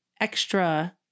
extra